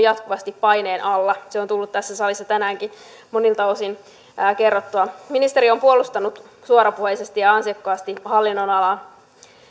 jatkuvasti paineen alla se on tullut tässä salissa tänäänkin monilta osin kerrottua ministeri on puolustanut suorapuheisesti ja ansiokkaasti hallinnonalan